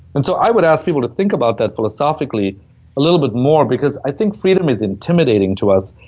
and so, i would ask people to think about that philosophically a little bit more, because i think freedom is intimidating to us,